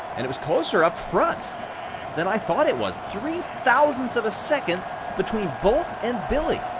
and it was closer up front than i thought it was. three thousandths of a second between bolt and billy.